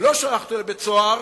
לא שלח אותו לבית-סוהר,